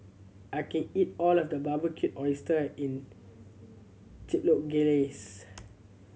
I can't eat all of the Barbecued Oyster in Chipotle Glaze